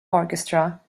orchestra